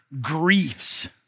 griefs